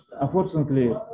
unfortunately